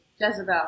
Jezebel